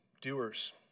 doers